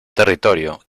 territorio